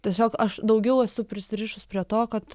tiesiog aš daugiau esu prisirišus prie to kad